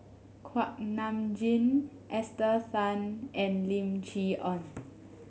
Kuak Nam Jin Esther Tan and Lim Chee Onn